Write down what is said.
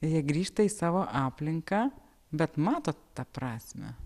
jie grįžta į savo aplinką bet matot tą prasmę